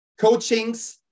coachings